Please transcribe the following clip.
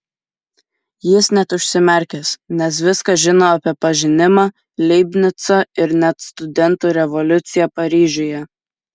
jis net užsimerkęs nes viską žino apie pažinimą leibnicą ir net studentų revoliuciją paryžiuje